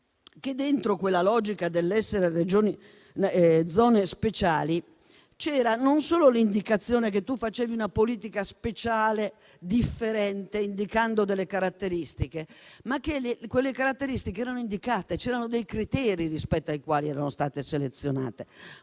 che dentro quella logica dell'essere zone speciali c'era non solo l'indicazione che si faceva una politica speciale, differente, indicando delle caratteristiche, ma quelle caratteristiche erano indicate; c'erano dei criteri rispetto ai quali erano state selezionate